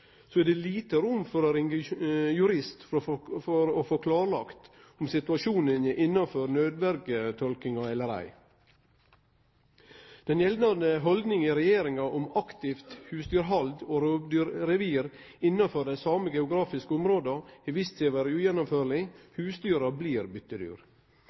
så er det lite rom til å ringe ein jurist for å få klarlagt om situasjonen er innanfor nødverjetolkinga eller ei. Den gjeldande haldninga i regjeringa om aktivt husdyrhald og rovdyrrevir innanfor dei same geografiske områda har vist